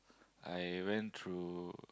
I went through